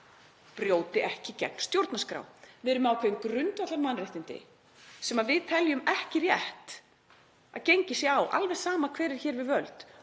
brjóti ekki gegn stjórnarskrá. Við erum með ákveðin grundvallarmannréttindi sem við teljum ekki rétt að gengið sé á, alveg sama hver er hér við völd,